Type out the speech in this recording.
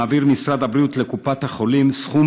מעביר משרד הבריאות לקופות-החולים סכום